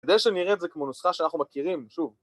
כדי שנראית זה כמו נוסחה שאנחנו מכירים, שוב.